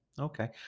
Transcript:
Okay